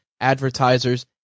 advertisers